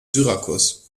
syrakus